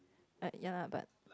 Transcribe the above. like ya lah but